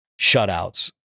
shutouts